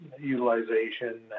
utilization